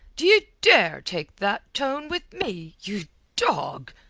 d'ye dare take that tone with me, you dog?